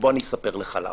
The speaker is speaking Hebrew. בוא אני אספר לך למה.